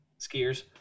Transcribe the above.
skiers